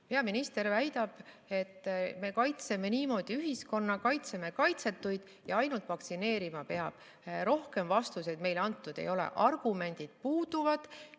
Peaminister väidab, et me kaitseme niimoodi ühiskonda, kaitseme kaitsetuid ja ainult vaktsineerima peab. Rohkem vastuseid meile antud ei ole, argumendid puuduvad.